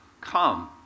Come